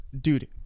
dude